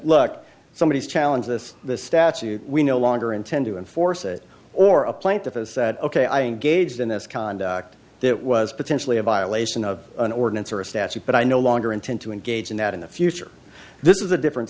look somebody challenge this the statute we no longer intend to enforce it or a plaintiff has said ok i engaged in this conduct that was potentially a violation of an ordinance or a statute but i no longer intent to engage in that in the future this is a different